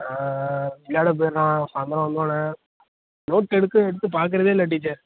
விளைட போயிடுறான் சாய்ந்திரம் வந்தோன்னே நோட் எடுத்து எடுத்து பார்க்குறதே இல்லை டீச்சர்